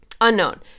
Unknown